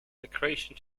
accretion